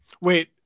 Wait